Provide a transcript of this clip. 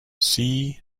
see